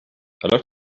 looked